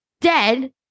dead